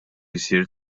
jsir